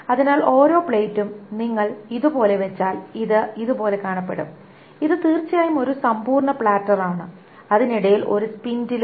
അതിനാൽ ഓരോ പ്ലേറ്റും നിങ്ങൾ ഇത് ഇതുപോലെ വെച്ചാൽ ഇത് ഇതുപോലെ കാണപ്പെടും ഇത് തീർച്ചയായും ഒരു സമ്പൂർണ്ണ പ്ലാറ്ററാണ് അതിനിടയിൽ ഒരു സ്പിൻഡിലും